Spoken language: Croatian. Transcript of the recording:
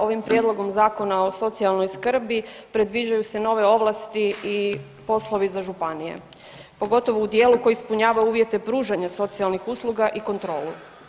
Ovim Prijedlogom zakona o socijalnoj skrbi predviđaju se nove ovlasti i poslovi za županije pogotovo u dijelu koji ispunjava uvjete pružanja socijalnih usluga i kontrolu.